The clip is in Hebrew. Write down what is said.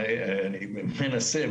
אני מנסה.